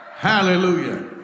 Hallelujah